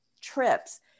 trips